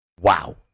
Wow